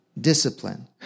discipline